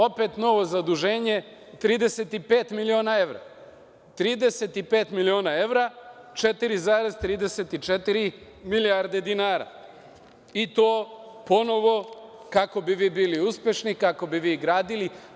Opet novo zaduženje od 35 miliona evra, 4,34 milijardi dinara i to ponovo kako bi vi bili uspešni, kako bi vi gradili.